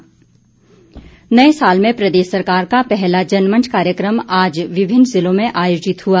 जनमंच नए साल में प्रदेश सरकार का पहला जनमंच कार्यक्रम आज विभिन्न जिलों में आयोजित हुआ